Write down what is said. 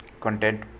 content